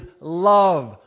love